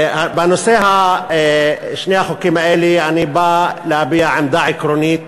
בנושא שני החוקים האלה אני בא להביע עמדה עקרונית